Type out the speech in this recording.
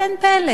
אבל אין פלא.